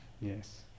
Yes